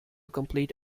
complete